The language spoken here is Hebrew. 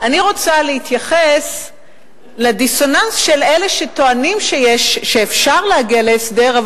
אני רוצה להתייחס לדיסוננס אצל אלה שטוענים שאפשר להגיע להסדר,